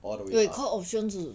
all the way up